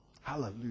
Hallelujah